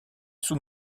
sous